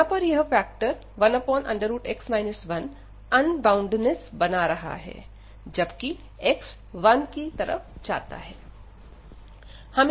यहां पर यह फैक्टर 1x 1 अनबॉउंडनेस बना रहा है जबकि x 1 की तरफ जाता है